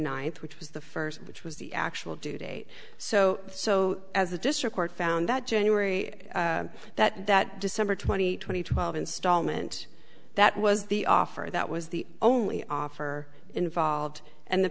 ninth which was the first which was the actual due date so so as the district court found that january that that december twenty twenty twelve installment that was the offer that was the only offer involved and the